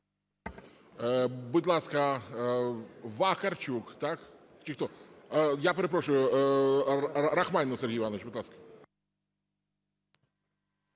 Будь ласка, Вакарчук, так чи хто? Я перепрошую, Рахманін Сергій Іванович, будь ласка.